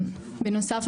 בנוסף,